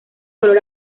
color